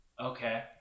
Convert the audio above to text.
Okay